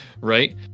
Right